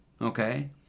Okay